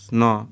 no